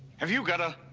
have you got ah